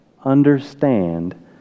understand